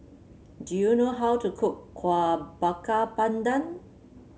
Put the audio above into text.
do you know how to cook Kuih Bakar Pandan